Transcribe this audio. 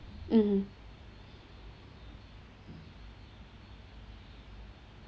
mmhmm